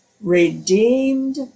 redeemed